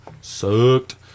sucked